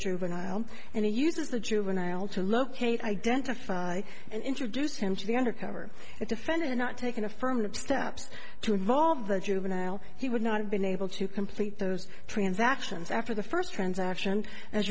juvenile and he uses the juvenile to locate identify and introduce him to the undercover defendant not taking affirmative steps to involve the juvenile he would not have been able to complete those transactions after the first transaction a